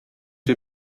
wir